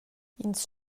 ins